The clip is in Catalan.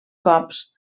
cops